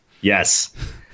Yes